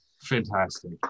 Fantastic